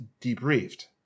debriefed